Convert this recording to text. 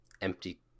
empty